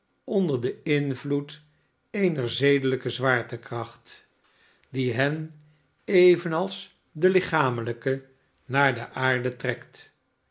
onder den invloed eener zedelijke zwaartekracht die hen evenals de lichamelijke naar de aarde trekt